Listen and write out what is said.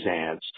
ads